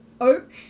oak